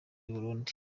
y’uburundi